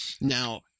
Now